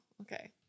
Okay